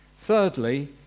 Thirdly